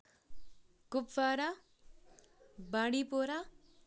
کپوارہ بانڈی پورہ